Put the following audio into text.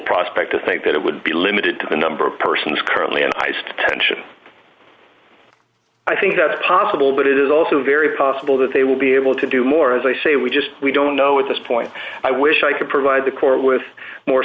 prospect to think that it would be limited to the number of persons currently in ice detention i think that is possible but it is also very possible that they will be able to do more as i say we just we don't know at this point i wish i could provide the court with more